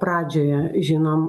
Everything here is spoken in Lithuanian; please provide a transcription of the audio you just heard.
pradžioje žinom